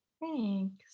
thanks